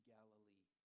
Galilee